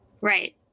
Right